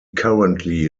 currently